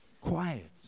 Quiet